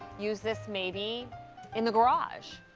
use this maybe in the garage.